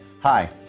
Hi